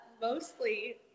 mostly